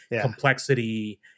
complexity